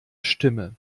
stimme